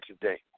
today